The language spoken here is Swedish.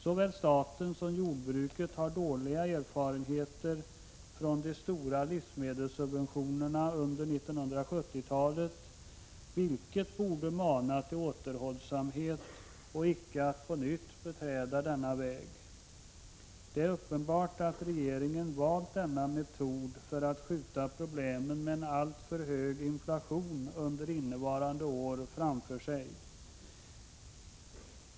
Såväl staten som jordbruket har dåliga erfarenheter av de stora livsmedelssubventionerna under 1970-talet, vilket borde mana till återhållsamhet så att man inte på nytt beträder denna väg. Det är uppenbart att regeringen har valt denna metod för att framför sig skjuta problemen med en alltför hög inflation under innevarande år.